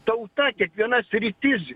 tauta kiekviena sritis